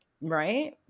right